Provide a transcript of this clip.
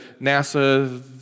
NASA